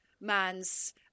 man's